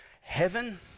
Heaven